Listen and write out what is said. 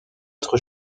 être